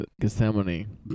Gethsemane